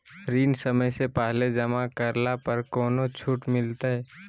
ऋण समय से पहले जमा करला पर कौनो छुट मिलतैय?